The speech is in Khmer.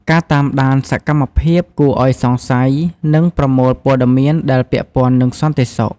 ការតាមដានសកម្មភាពគួរឱ្យសង្ស័យ និងប្រមូលព័ត៌មានដែលពាក់ព័ន្ធនឹងសន្តិសុខ។